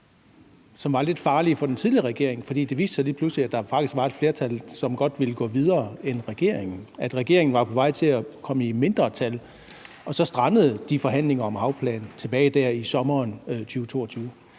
som var lidt farlige for den regering, fordi det faktisk lige pludselig viste sig, at der var et flertal, som godt ville gå videre end regeringen, og at regeringen var på vej til at komme i mindretal, og at de forhandlinger om en havplan så strandede tilbage i sommeren 2022.